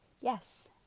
Yes